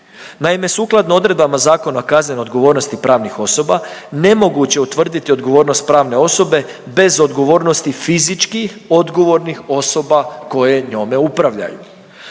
Naime, sukladno odredbama Zakona o kaznenoj odgovornosti pravnih osoba nemoguće je utvrditi odgovornost pravne osobe bez odgovornosti fizičkih odgovornih osoba koje njome upravljaju.